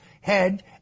head